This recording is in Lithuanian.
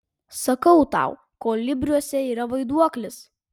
sakau tau kolibriuose yra vaiduoklis